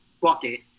bucket